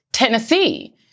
Tennessee